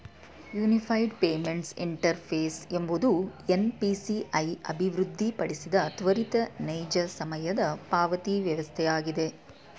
unified payments interface ಎಂಬುದು NPCI ಅಭಿವೃದ್ಧಿಪಡಿಸಿದ ತ್ವರಿತ ನೈಜ ಸಮಯದ ಪಾವತಿವಸ್ಥೆಯಾಗಿದೆ